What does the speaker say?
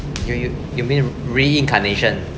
you you you mean reincarnation